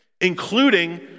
including